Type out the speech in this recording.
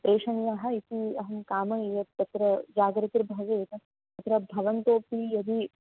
प्रेषणीयाः इति अहं कामये यत् तत्र जागर्ति भवेत् तत्र भवन्तोपि यदि